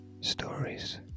stories